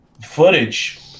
footage